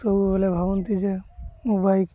ସବୁବେଳେ ଭାବନ୍ତି ଯେ ମୋ ବାଇକ୍